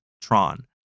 Tron